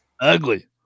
Ugly